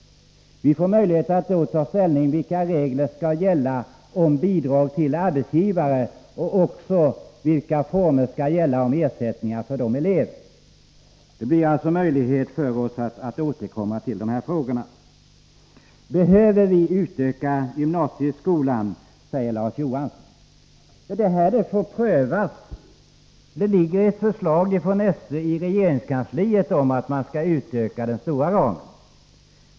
Vi får möjlighet att då ta ställning till vilka regler som skall gälla om bidrag till arbetsgivare och vilka ersättningsformer som skall gälla. Vi får alltså möjlighet att återkomma i dessa frågor. Behöver vi utöka gymnasieskolan? säger Larz Johansson. Detta får prövas. Det föreligger i regeringskansliet ett förslag från SÖ om att utöka den stora ramen.